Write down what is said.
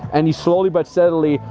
and you slowly but steadily,